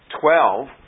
twelve